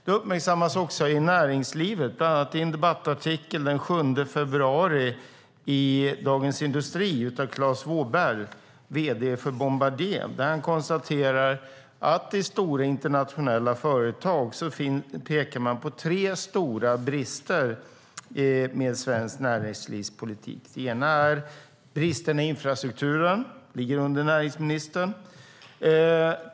Det uppmärksammas också i näringslivet, bland annat i en debattartikel av Klas Wåhlberg, vd för Bombardier, den 7 februari i Dagens Industri. Där konstaterar han att i stora internationella företag pekar man på tre stora brister med svensk näringslivspolitik. Den ena är bristen i infrastrukturen, vilken ligger under näringsministern.